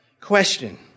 Question